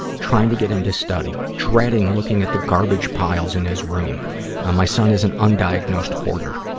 trying to get him to study. dreading looking at the garbage piles in his room my son is an undiagnosed hoarder.